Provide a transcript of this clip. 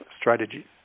strategy